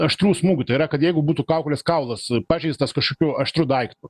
aštrių smūgių tai yra kad jeigu būtų kaukolės kaulas pažeistas kažkokiu aštriu daiktu